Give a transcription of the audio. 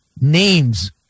names